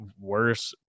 worse